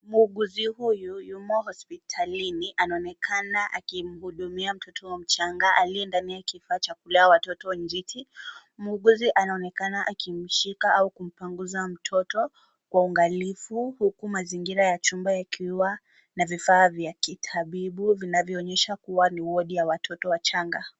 Muuguzi huyu, yumo hospitalini. Anaonekana akimhudumia mtoto mchanga aliye ndani ya kifaa cha kulea watoto injiti. Muuguzi anaonekana akimshika au kumpangusa mtoto kwa uangalifu, huku mazingira ya chumba ikiwa na vifaa vya kitabibu vinavyoonyesha kwamba ni wodi ya watoto wachanga.